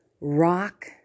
rock